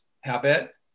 Habit